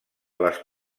les